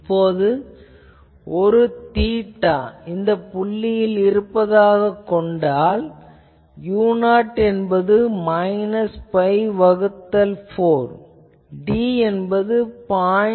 இப்போது ஒரு தீட்டா இந்தப் புள்ளியில் இருப்பதாகக் கொண்டால் u0 என்பது மைனஸ் பை வகுத்தல் 4 d என்பது 0